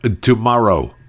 tomorrow